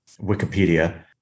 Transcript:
wikipedia